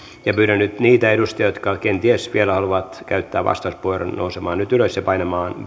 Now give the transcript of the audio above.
ja pyydän nyt niitä edustajia jotka kenties vielä haluavat käyttää vastauspuheenvuoron nousemaan nyt ylös ja painamaan